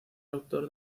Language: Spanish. autor